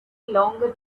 longer